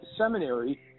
Seminary